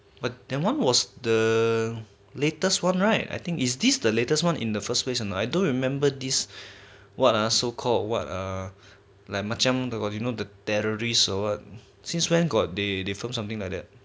but then one was the latest one right I think is this the latest one in the first place and I don't remember this what are so called what err like macam you know the terrorists or what since when got they film something like that